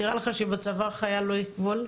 נראה לך שבצבא חייל לא יקבול?